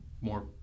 more